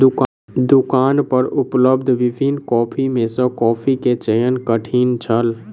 दुकान पर उपलब्ध विभिन्न कॉफ़ी में सॅ कॉफ़ी के चयन कठिन छल